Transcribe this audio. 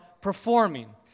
performing